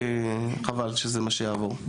כי חבל שזה מה שיעבור,